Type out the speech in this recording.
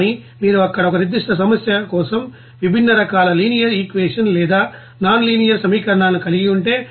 కానీ మీరు అక్కడ ఒక నిర్దిష్ట సమస్య కోసం విభిన్న రకాల లినియర్ ఈక్వేషన్ లేదా నాన్ లీనియర్ సమీకరణాలను కలిగి ఉంటే